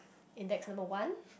index number one